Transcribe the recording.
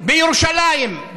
בירושלים,